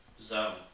zone